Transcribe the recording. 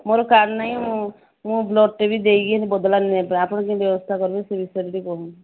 ମୋର କାର୍ଡ଼ ନାହିଁ ମୁଁ ମୁଁ ବ୍ଳଡ଼୍ଟେ ବି ଦେଇକି ବଦଲା ନେବି ଆପଣ କେମିତି ବ୍ୟବସ୍ଥା କରିବେ ସେଇ ବିଷୟରେ ଟିକେ କୁହନ୍ତୁ